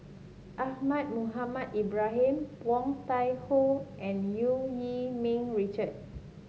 Ahmad Mohamed Ibrahim Woon Tai Ho and Eu Yee Ming Richard